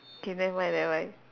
okay never mind never mind